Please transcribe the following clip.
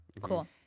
Cool